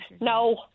no